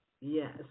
Yes